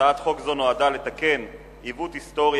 הצעת חוק זו נועדה לתקן עיוות היסטורי